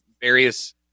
various